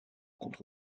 contre